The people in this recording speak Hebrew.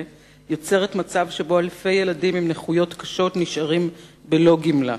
יוצרת מצב שבו אלפי ילדים עם נכויות קשות נשארים בלא גמלה,